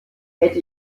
hätte